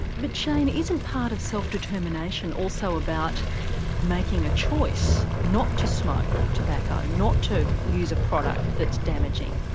but shane, isn't part of self determination also about making a choice not to smoke tobacco, not to use a product that's damaging?